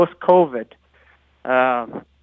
post-COVID